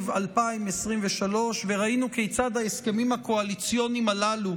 2023 וראינו כיצד ההסכמים הקואליציוניים הללו